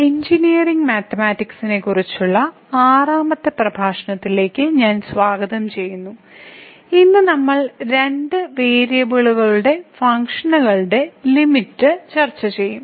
engineering mathematics 1 നെക്കുറിച്ചുള്ള ആറാമത്തെ പ്രഭാഷണത്തിലേക്ക് ഞാൻ സ്വാഗതം ചെയ്യുന്നു ഇന്ന് നമ്മൾ രണ്ട് വേരിയബിളുകളുടെ ഫങ്ക്ഷനുകളുടെ ലിമിറ്റ് ചർച്ച ചെയ്യും